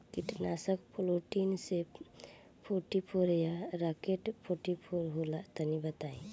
कीटनाशक Polytrin C forty four या Rocket forty four होला तनि बताई?